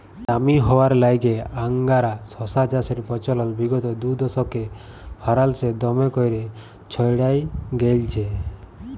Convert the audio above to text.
দামি হউয়ার ল্যাইগে আংগারা শশা চাষের পচলল বিগত দুদশকে ফারাল্সে দমে ক্যইরে ছইড়ায় গেঁইলছে